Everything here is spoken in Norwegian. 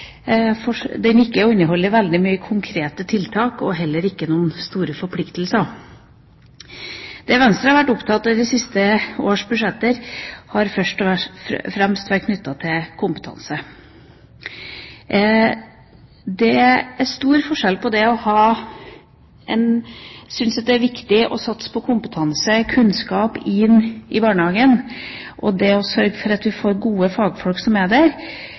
at den ikke inneholder veldig mange konkrete tiltak, og heller ingen store forpliktelser. Det Venstre har vært opptatt av i de siste års budsjetter, har først og fremst vært knyttet til kompetanse. Det er stor forskjell på det å synes at det er viktig å satse på å få kompetanse og kunnskap inn i barnehagen, det å sørge for at vi får gode fagfolk der – det er